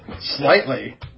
Slightly